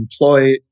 employ